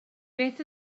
beth